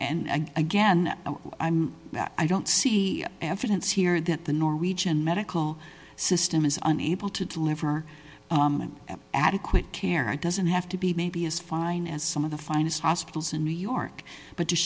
and again i'm not i don't see evidence here that the norwegian medical system is unable to deliver adequate care and doesn't have to be maybe as fine as some of the finest hospitals in new york but